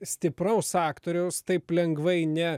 stipraus aktoriaus taip lengvai ne